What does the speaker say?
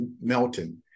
Melton